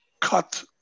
cut